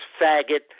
faggot